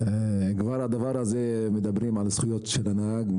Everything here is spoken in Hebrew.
שכר גבוה יותר משכר הנהגים,